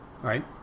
right